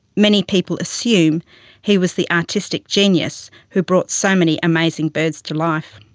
many people assume he was the artistic genius who brought so many amazing birds to life.